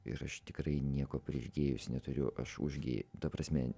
ir aš tikrai nieko prieš gėjus neturiu aš už gėj ta prasme